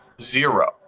zero